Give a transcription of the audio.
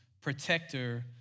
protector